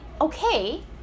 okay